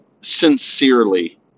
sincerely